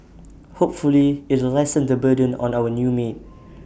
hopefully it'll lessen the burden on our new maid